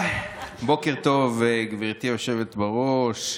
בוקר טוב, גברתי היושבת-ראש.